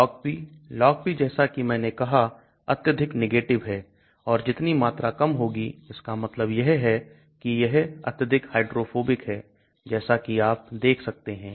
LogP LogP जैसा कि मैंने कहा अत्यधिक नेगेटिव है और जितनी मात्रा कम होगी इसका मतलब यह है कि यह अत्यधिक हाइड्रोफोबिक है जैसा कि आप देख सकते हैं